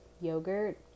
yogurt